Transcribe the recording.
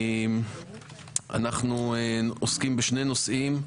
אנחנו עוסקים בשני נושאים: